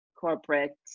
corporate